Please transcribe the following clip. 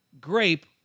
grape